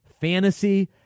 fantasy